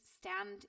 stand